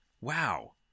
wow